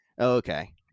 Okay